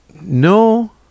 No